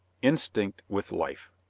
instinct with life.